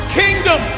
kingdom